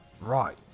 right